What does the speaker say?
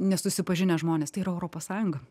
nesusipažinę žmonės tai yra europos sąjunga